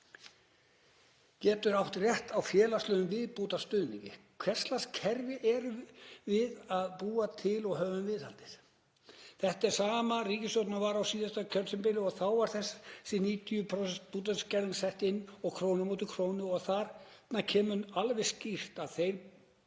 Getur átt rétt á félagslegum viðbótarstuðningi. Hvers lags kerfi erum við að búa til og höfum viðhaldið? Þetta er sama ríkisstjórn og var á síðasta kjörtímabili og þá var þessi 90% búsetuskerðing sett inn og króna á móti krónu og þarna kemur alveg skýrt fram að þeir